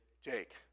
Jake